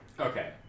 Okay